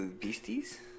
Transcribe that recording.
Beasties